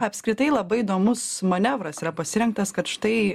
apskritai labai įdomus manevras yra pasirinktas kad štai